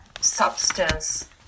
substance